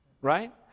Right